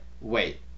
Wait